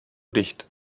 dicht